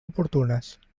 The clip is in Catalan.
oportunes